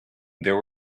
there